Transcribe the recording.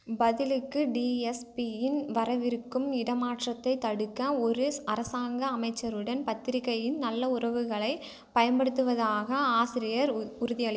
பதிலுக்கு டிஎஸ்பியின் வரவிருக்கும் இடமாற்றத்தைத் தடுக்க ஒரு அரசாங்க அமைச்சருடன் பத்திரிகையின் நல்ல உறவுகளைப் பயன்படுத்துவதாக ஆசிரியர் உ உறுதியளி